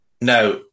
Now